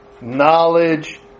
Knowledge